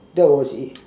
that was in